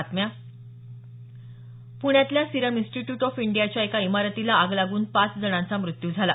प्ण्यातल्या serum institute of इंडियाच्या एका इमारतीला आग लागून पाच जणांचा मृत्यू झाला